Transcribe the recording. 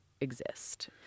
exist